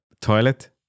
toilet